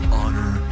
honor